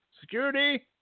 security